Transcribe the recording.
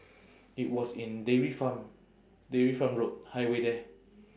it was in dairy farm dairy farm road highway there